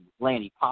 Lanny